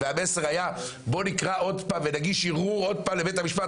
אבל המסר היה בואו נקרא עוד פעם ונגיש ערעור עוד פעם לבית משפט,